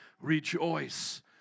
rejoice